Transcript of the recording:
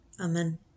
amen